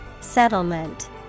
Settlement